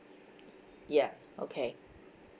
ya okay